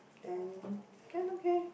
then then okay